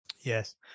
Yes